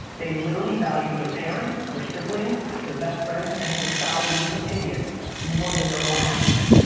they literally value their parents', their siblings', their best friend's and society's opinion more than their own happiness.